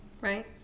Right